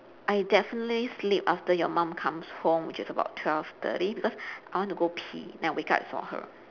I definitely sleep after your mum comes home which is about twelve thirty because I want to go pee then I wake up and saw her